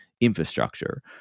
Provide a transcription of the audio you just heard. infrastructure